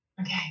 okay